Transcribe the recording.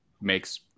makes